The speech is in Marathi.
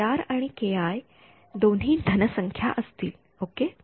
आणि दोन्ही धन संख्या असतील ओके